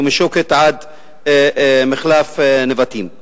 ומשוקת עד מחלף נבטים.